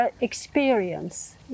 Experience